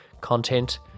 content